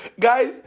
Guys